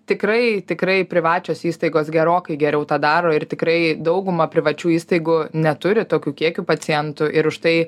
tikrai tikrai privačios įstaigos gerokai geriau tą daro ir tikrai dauguma privačių įstaigų neturi tokių kiekių pacientų ir už tai